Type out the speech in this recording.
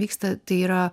vyksta tai yra